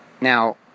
Now